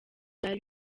vyari